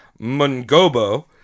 Mungobo